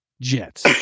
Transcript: Jets